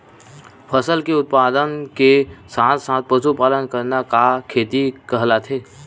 फसल के उत्पादन के साथ साथ पशुपालन करना का खेती कहलाथे?